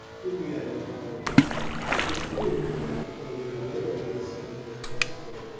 indiana pondered it was clear that, though the nobility of the sentiment impressed her,